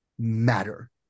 matter